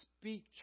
speak